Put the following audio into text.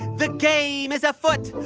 the game is afoot.